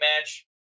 match